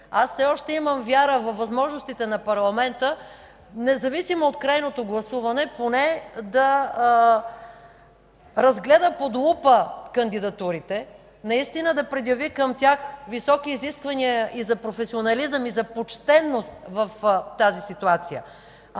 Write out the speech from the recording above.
аз все още имам вяра във възможностите на парламента, независимо от крайното гласуване, поне да разгледа под лупа кандидатурите и наистина да предяви към тях високи изисквания и за професионализъм, и за почтеност в тази ситуация.